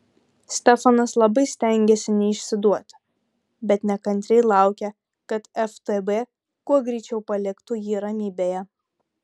stefanas labai stengėsi neišsiduoti bet nekantriai laukė kad ftb kuo greičiau paliktų jį ramybėje